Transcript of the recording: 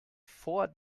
vor